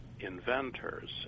inventors